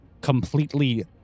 completely